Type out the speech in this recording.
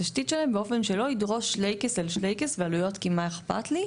באופן שלא ידרוש ״שלייקעס על שלייקעס,״ ועלויות כי מה איכפת לי.